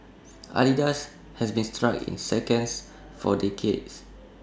Adidas has been stuck in seconds for decades